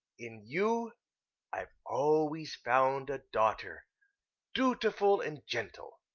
in you i've always found a daughter dutiful and gentle.